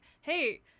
hey